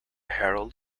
herald